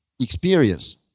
experience